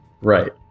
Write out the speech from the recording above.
Right